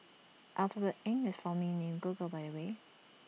Alphabet Inc is formerly named Google by the way